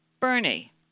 Bernie